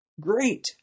Great